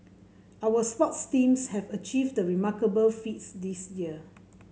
our sports teams have achieved remarkable feats this year